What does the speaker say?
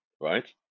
right